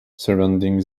surrounding